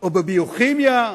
או בביוכימיה,